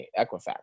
Equifax